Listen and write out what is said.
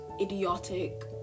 idiotic